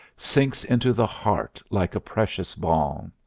sinks into the heart like a precious balm.